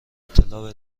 اطلاع